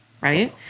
right